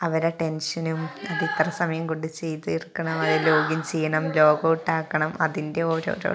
അവരെ ടെൻഷനും അത് ഇത്ര സമയം കൊണ്ട് ചെയ്തു തീര്ക്കണം അത് ലോഗിൻ ചെയ്യണം ലോഗൗട്ട് ആക്കണം അതിൻ്റെ ഓരോരോ